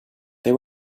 they